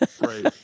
Right